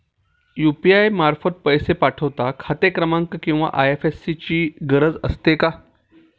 UPI मार्फत पैसे पाठवता खाते क्रमांक किंवा आय.एफ.एस.सी ची गरज असते का?